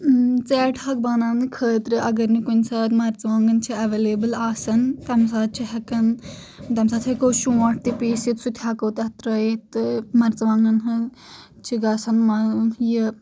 ژیٹ ہاکھ بناونہٕ خٲطرٕ اگر نہٕ کُنہِ ساتہٕ مرژٕوانٚگن چھِ ایٚولیبٕل آسان تمہِ ساتہٕ چھِ ہیٚکان تمہِ ساتہٕ ہیٚکو أسۍ شونٚٹھ تہِ پیٖستھ سُہ تہِ ہیٚکو تتھ ترٲیتھ تہٕ مرژٕوانٚگنن ہنٛد چھِ گژھان ما یہِ